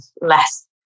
less